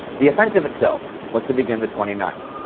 the offensive itself was to begin the twenty ninth,